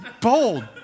Bold